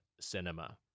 cinema